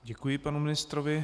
Děkuji panu ministrovi.